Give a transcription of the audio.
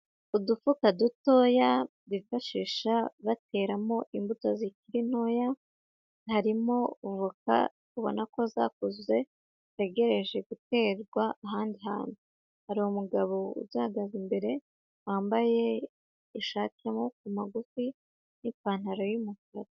Udufuka dutoya bifashisha bateramo imbuto zikiri ntoya, harimo voka, ubona ko zakuze zitegereje guterwa ahandi hantu, hari umugabo uzihagaze imbere, wambaye ishati y'amaboko magufi n'ipantaro y'umukara.